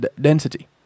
density